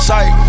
Sight